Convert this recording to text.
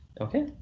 Okay